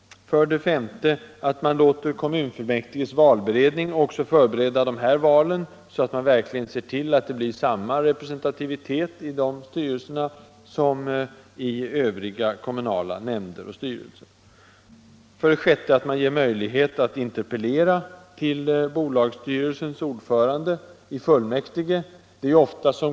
5. Man bör låta kommunfullmäktiges valberedning förbereda även val av ledamöter i kommunala bolag, så att man verkligen ser till att det blir samma representativitet i de styrelserna som i övriga kommunala nämnder och styrelser. 6. Möjlighet att i kommunfullmäktige interpellera bolagsstyrelsens ordförande.